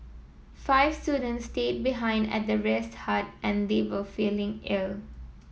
five students stayed behind at the rest hut as they were feeling ill